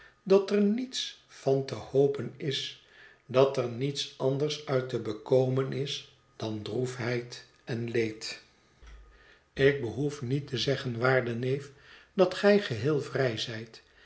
dat er niets van te hopen is dat er niets anders uit te bekomen is dan droefheid en leed rwhard's reisgenoot en raadsmam ik behoef niet te zeggen waarde neef dat gij geheel vrij